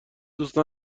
دوست